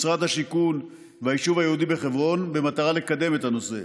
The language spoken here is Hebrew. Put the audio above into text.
משרד השיכון והיישוב היהודי בחברון במטרה לקדם את הנושא.